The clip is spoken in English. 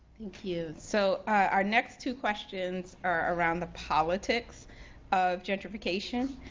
thank you. so our next two questions are around the politics of gentrification.